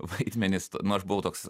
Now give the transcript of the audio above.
vaidmenis nu aš buvau toks